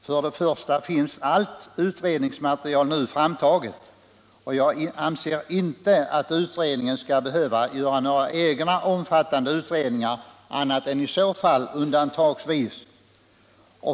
För det första finns allt utredningsmaterial nu framtaget — jag anser inte att utredningen skall behöva göra några egna omfattande utredningar annat än i så fall undantagsvis.